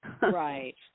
Right